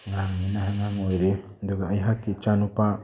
ꯑꯉꯥꯡꯅꯤꯅ ꯑꯉꯥꯡ ꯑꯣꯏꯔꯤ ꯑꯗꯨꯒ ꯑꯩꯍꯥꯛꯀꯤ ꯏꯆꯥꯅꯨꯄꯥ